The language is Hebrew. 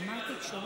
מרצה